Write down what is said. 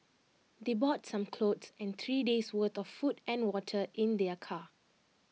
they brought some clothes and three days' worth of food and water in their car